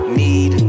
need